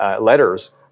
letters